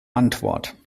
antwort